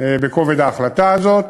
בכובד ההחלטה הזאת.